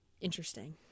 interesting